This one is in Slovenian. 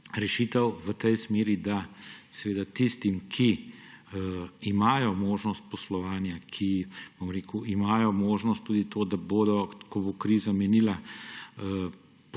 rešitev v tej smeri, da tistim, ki imajo možnost poslovanja, ki imajo možnost tudi, da bodo, ko bo kriza minila,